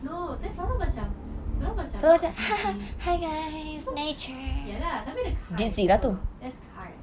oh tapi dia orang macam dia orang macam not dizzy ya lah tapi